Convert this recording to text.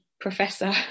professor